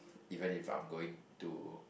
even if I'm going to